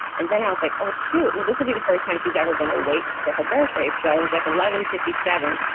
and then i was like, oh, shoot. well, this will be the first time she's ever been awake for her birthday. so i was like, eleven fifty seven.